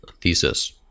thesis